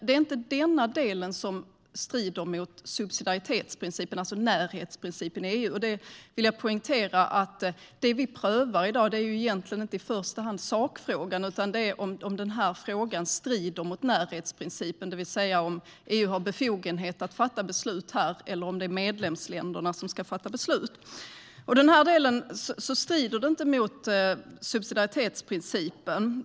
Det är inte denna del som strider mot subsidiaritetsprincipen, närhetsprincipen, i EU. Jag vill poängtera att det vi prövar i dag inte i första hand är sakfrågan, utan det är om den här frågan strider mot närhetsprincipen, det vill säga om EU har befogenhet att fatta beslut här eller om det är medlemsländerna som ska fatta beslut. Den här delen strider inte mot subsidiaritetsprincipen.